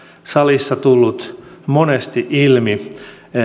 salissa tullut monesti ilmi